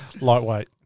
Lightweight